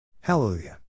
Hallelujah